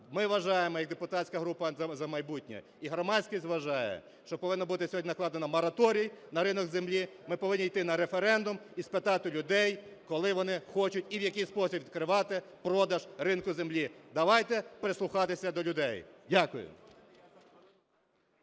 Ми вважаємо як депутатська група "За майбутнє" і громадськість вважає, що повинно бути сьогодні накладено мораторій на ринок землі. Ми повинні йти на референдум і спитати людей, коли вони хочуть і в який спосіб відкривати продаж ринку землі. Давайте прислухатися до людей. Дякую.